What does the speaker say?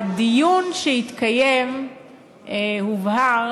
בדיון שהתקיים הובהר